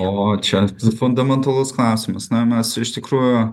o čia fundamentalus klausimas na mes iš tikrųjų